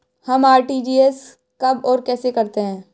हम आर.टी.जी.एस कब और कैसे करते हैं?